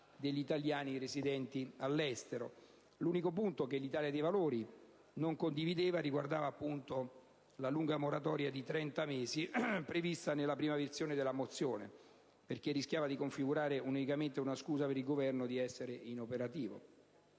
degli italiani residenti all'estero. L'unico punto che il Gruppo Italia dei Valori non condivideva riguardava la lunga moratoria di 30 mesi prevista nella prima versione della mozione, perché rischiava di configurare unicamente una scusa per il Governo di essere inoperativo.